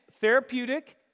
therapeutic